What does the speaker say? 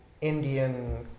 Indian